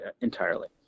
entirely